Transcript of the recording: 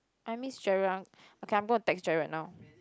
I miss Gerald okay I'm gonna text Gerald now